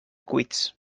cuits